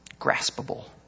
graspable